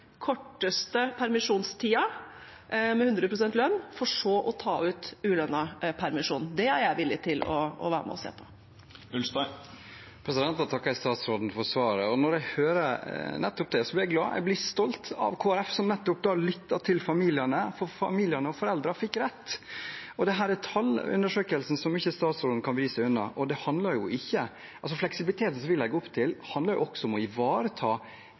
korteste permisjonstiden med 100 pst. lønn for så å ta ut ulønnet permisjon. Det er jeg villig til å være med og se på. Jeg takker statsråden for svaret. Når jeg hører dette, blir jeg glad. Jeg blir stolt av Kristelig Folkeparti som lyttet til familiene, for familiene og foreldrene fikk rett. Dette er tall i undersøkelsen som ikke statsråden kan vri seg unna. Fleksibiliteten som vi legger opp til, handler også om å ivareta